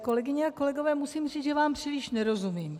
Kolegyně a kolegové, musím říci, že vám příliš nerozumím.